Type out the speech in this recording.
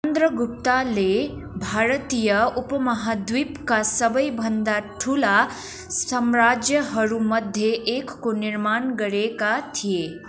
चन्द्रगुप्तले भारतीय उपमहाद्वीपका सबैभन्दा ठुला साम्राज्यहरूमध्ये एकको निर्माण गरेका थिए